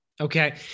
Okay